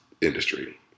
industry